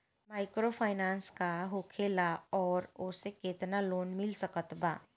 Microfinance का होखेला और ओसे केतना लोन मिल सकत बा?